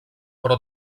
però